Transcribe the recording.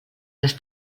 les